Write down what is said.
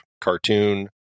cartoon